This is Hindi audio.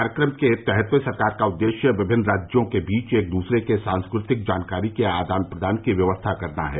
कार्यक्रम के तहत सरकार का उद्देश्य विभिन्न राज्यों के बीच एक दूसरे के सांस्कृतिक जानकारी के आदान प्रदान की व्यवस्था करना है